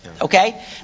Okay